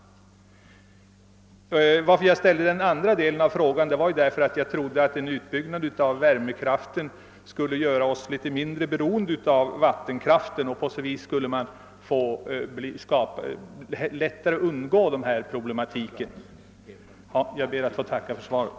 Orsaken till att jag framställde den andra delen av min fråga var att jag trodde att en utbyggnad av värmekraften skulle göra oss litet mindre beroende av vattenkraften och att vi på det sättet lättare skulle kunna undgå dessa bristproblem. Jag ber att än en gång få tacka för svaret.